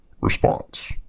response